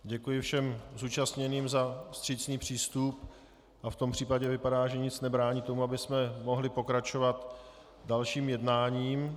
Děkuji všem zúčastněným za vstřícný přístup a v tom případě to vypadá, že nic nebrání tomu, abychom mohli pokračovat dalším jednáním.